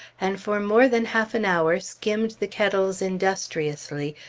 and for more than half an hour skimmed the kettles industriously,